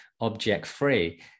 object-free